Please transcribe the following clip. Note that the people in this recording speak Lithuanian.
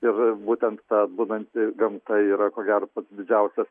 ir būtent ta bundanti gamta yra ko gero didžiausias